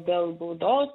dėl baudos